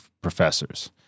professors